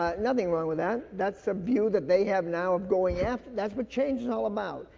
um nothing wrong with that. that's a view that they have now of going after that's what change is all about.